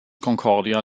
concordia